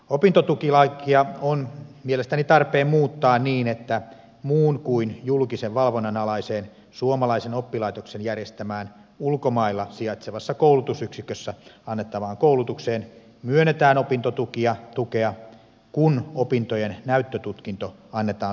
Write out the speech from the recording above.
opintotukilakia on mielestäni tarpeen muuttaa niin että muun kuin julkisen valvonnan alaiseen suomalaisen oppilaitoksen järjestämään ulkomailla sijaitsevassa koulutusyksikössä annettavaan koulutukseen myönnetään opintotukea kun opintojen näyttötutkinto annetaan suomessa